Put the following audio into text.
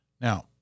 Now